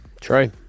True